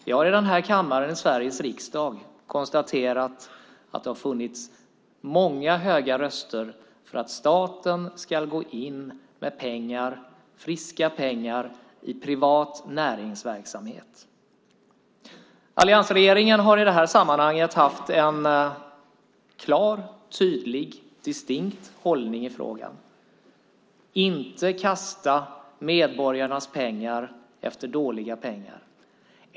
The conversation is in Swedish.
Vi har i denna kammare i Sveriges riksdag konstaterat att det har funnits många höga röster för att staten ska gå in med friska pengar i privat näringsverksamhet. Alliansregeringen har i detta sammanhang haft en klar, tydlig och distinkt hållning i frågan: Inte kasta medborgarnas pengar efter dåliga pengar.